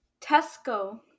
tesco